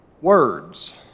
Words